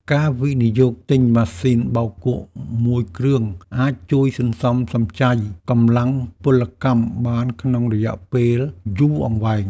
ការវិនិយោគទិញម៉ាស៊ីនបោកគក់មួយគ្រឿងអាចជួយសន្សំសំចៃកម្លាំងពលកម្មបានក្នុងរយៈពេលយូរអង្វែង។